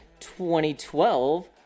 2012